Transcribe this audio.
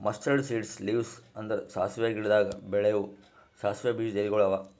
mustard seeds leaves ಅಂದುರ್ ಸಾಸಿವೆ ಗಿಡದಾಗ್ ಬೆಳೆವು ಸಾಸಿವೆ ಬೀಜದ ಎಲಿಗೊಳ್ ಅವಾ